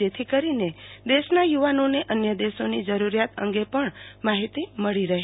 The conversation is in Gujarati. જેથ કરીને દેશના યુવાનોને અન્યદેશોની જરૂરિયાતો અંગેપ ણ માહીતી મળી રહે